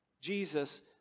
Jesus